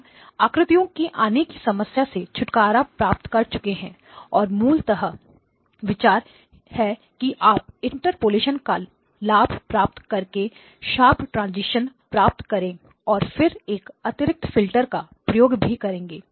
हम आकृति की आने की समस्या से छुटकारा प्राप्त कर चुके हैं और अतः मूल विचार यह है कि आप इंटरपोलेशन का लाभ प्राप्त करके शार्प ट्रांसिशन्स प्राप्त करेंगे और फिर एक अतिरिक्त फिल्टर का प्रयोग भी करेंगे